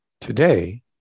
Today